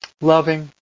loving